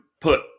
put